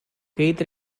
keith